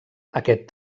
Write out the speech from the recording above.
aquest